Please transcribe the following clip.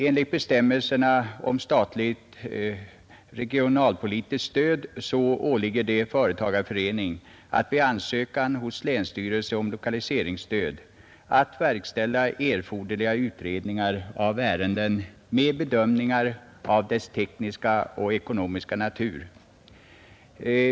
Enligt bestämmelserna om statligt regionalpolitiskt stöd åligger det företagareförening att vid ansökan hos länsstyrelse om lokaliseringsstöd verkställa erforderliga utredningar av ärenden med bedömningar av dess tekniska och ekonomiska natur.